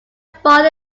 fall